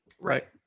Right